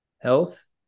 health